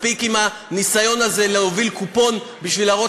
מספיק עם הניסיון הזה להוביל קופון כדי להראות